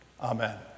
Amen